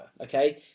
okay